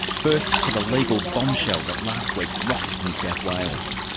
first, to the legal bombshell that last week rocked new south wales.